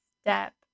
step